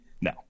No